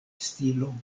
stilo